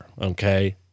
okay